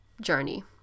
journey